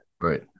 right